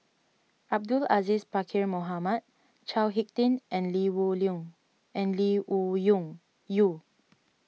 Abdul Aziz Pakkeer Mohamed Chao Hick Tin and Lee Wung and Lee Wung Yew